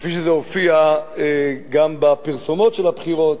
כפי שזה הופיע גם בפרסומות של הבחירות: